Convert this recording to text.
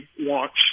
wants